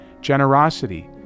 generosity